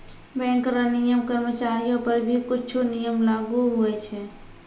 bank रो नियम कर्मचारीयो पर भी कुछु नियम लागू हुवै छै